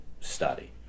Study